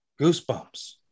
goosebumps